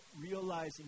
realizing